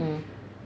mm